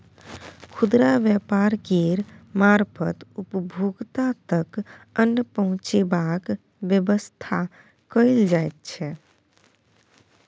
खुदरा व्यापार केर मारफत उपभोक्ता तक अन्न पहुंचेबाक बेबस्था कएल जाइ छै